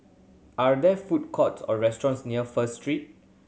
are there food courts or restaurants near First Street